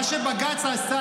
מה שבג"ץ עשה: